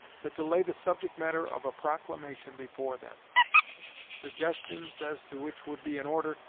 but to lay the subject-matter of a proclamation before them suggestions as to which would be in order,